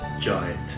Giant